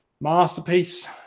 Masterpiece